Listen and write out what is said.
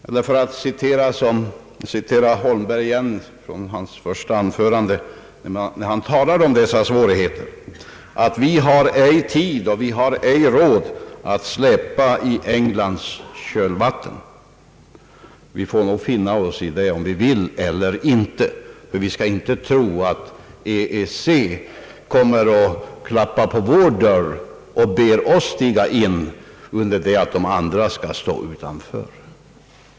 Herr Holmberg sade i sitt första anförande på tal om dessa svårigheter: »Vi har ej tid och ej råd att släpa i Englands kölvatten!» Jag tror att vi får finna oss i det antingen vi vill eller inte. Ingen skall räkna med att EEC kommer att klappa på vår dörr och be oss stiga in, under det att de andra skall stå utanför.